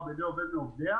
בעבר זה היה אמצעים סבירים.